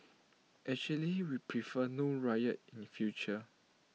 actually we prefer no riot in future